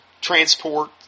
transport